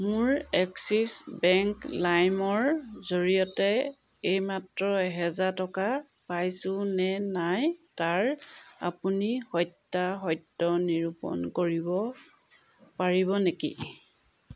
মোৰ Axis bank লাইমৰ জৰিয়তে এইমাত্ৰ এহেজাৰ টকা পাইছোঁ নে নাই তাৰ আপুনি সত্যাসত্য নিৰূপণ কৰিব পাৰিব নেকি